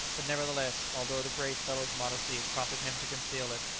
but, nevertheless, although the brave fellow's modesty prompted him to conceal it,